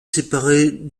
séparée